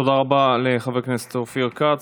תודה רבה לחבר הכנסת אופיר כץ.